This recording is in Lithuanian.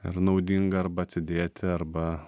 ir naudinga arba atidėti arba